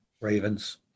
Ravens